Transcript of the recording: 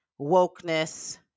wokeness